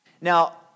Now